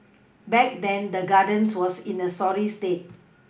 back then the Gardens was in a sorry state